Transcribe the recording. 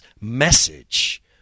message